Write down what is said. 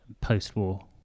post-war